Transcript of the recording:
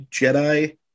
Jedi